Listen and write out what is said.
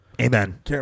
Amen